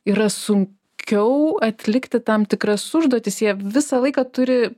yra sunkiau atlikti tam tikras užduotis jie visą laiką turi